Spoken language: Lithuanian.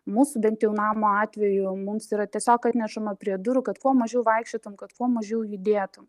mūsų bent jau namo atveju mums yra tiesiog atnešama prie durų kad kuo mažiau vaikščiotum kad kuo mažiau judėtum